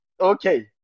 Okay